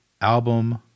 album